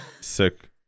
sick